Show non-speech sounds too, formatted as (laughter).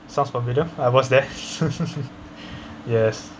sounds familiar I was there (laughs) yes